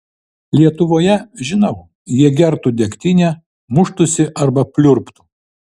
lietuvoje žinau jie gertų degtinę muštųsi arba pliurptų